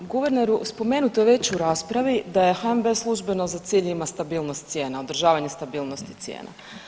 Guverneru spomenuto je već u raspravi da je HNB službeno za cilj ima stabilnost cijena, održavanje stabilnosti cijena.